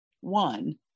one